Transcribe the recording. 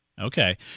Okay